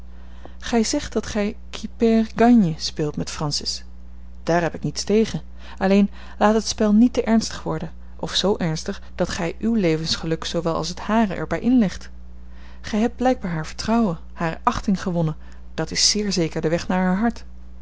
gij zegt dat gij qui perd gagne speelt met francis daar heb ik niets tegen alleen laat het spel niet te ernstig worden of z ernstig dat gij uw levensgeluk zoowel als het hare er bij inlegt gij hebt blijkbaar haar vertrouwen hare achting gewonnen dat is zeer zeker de weg naar haar hart